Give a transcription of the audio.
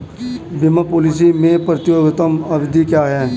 बीमा पॉलिसी में प्रतियोगात्मक अवधि क्या है?